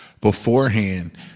beforehand